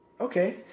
Okay